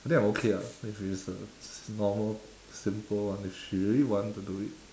I think I'm okay ah if it's a normal simple one if she really want to do it